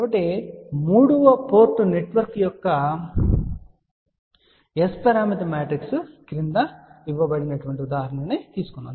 కాబట్టి 3 port network యొక్క S పారామితి మ్యాట్రిక్స్ క్రింద ఇవ్వబడిన ఉదాహరణ తీసుకుందాం